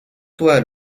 toi